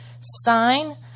sign